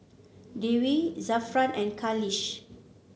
Dewi Zafran and Khalish